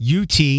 UT